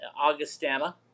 Augustana